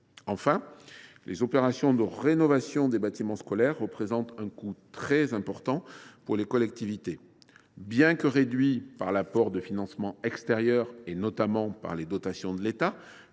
Enfin, les opérations de rénovation des bâtiments scolaires ont un coût très important pour les collectivités. Bien que réduit par l’apport de financements extérieurs, et notamment par les dotations de l’État,